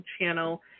channel